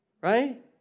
right